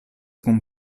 kun